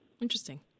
Interesting